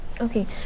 Okay